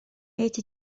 эти